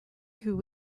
who